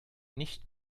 nicht